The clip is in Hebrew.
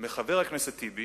מחבר הכנסת טיבי